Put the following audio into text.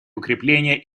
укрепления